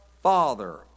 Father